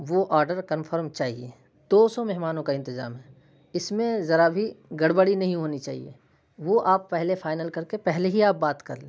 وہ order confirm چاہیے دو سو مہمانوں کا انتظام ہے اس میں ذرا بھی گڑبڑی نہیں ہونی چاہیے وہ آپ پہلے فائنل کر کے پہلے ہی آپ بات کر لیں